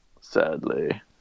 Sadly